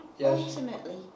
Ultimately